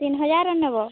ତିନ୍ ହଜାର୍ର ନେବ